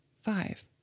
five